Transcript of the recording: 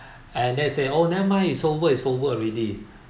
and then he said oh never mind is over is over already